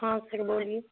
ہاں سر بولیے